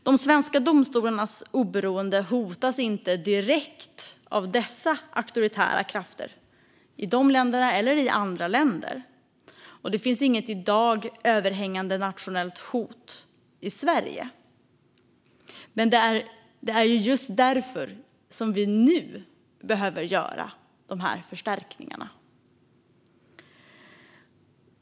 De svenska domstolarnas oberoende hotas inte direkt av dessa auktoritära krafter i andra länder, och det finns inget i dag överhängande nationellt hot i Sverige. Men det är just därför som vi nu behöver göra de här förstärkningarna.